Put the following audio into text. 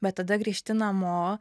bet tada grįžti namo